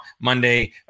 Monday